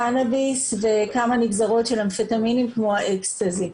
קנאביס וכמה נגזרות של אמפטמינים כמו האקסטזי.